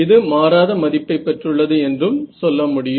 இது மாறாத மதிப்பை பெற்றுள்ளது என்றும் சொல்ல முடியும்